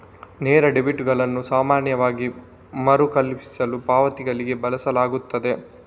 ನೇರ ಡೆಬಿಟುಗಳನ್ನು ಸಾಮಾನ್ಯವಾಗಿ ಮರುಕಳಿಸುವ ಪಾವತಿಗಳಿಗೆ ಬಳಸಲಾಗುತ್ತದೆ